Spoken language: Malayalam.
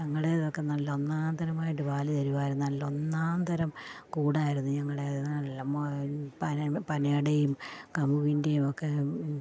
ഞങ്ങളുടേതൊക്കെ നല്ല ഒന്നാന്തരമായിട്ട് പാല് തരുമായിരുന്നു നല്ല ഒന്നാംതരം കൂടായിരുന്നു ഞങ്ങളുടേത് നല്ല മുള പന പനയുടെയും കഴുങ്ങിൻ്റെയുമൊക്കെ